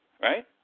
right